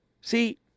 See